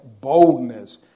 boldness